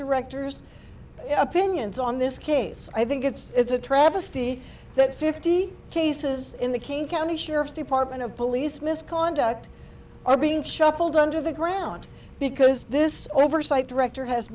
director's opinions on this case i think it's a travesty that fifty cases in the king county sheriff's department of police misconduct are being shuffled under the ground because this oversight director has